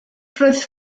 roedd